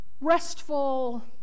restful